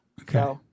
okay